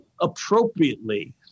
appropriately